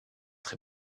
très